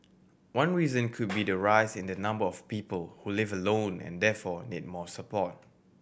one reason could be the rise in the number of people who live alone and therefore need more support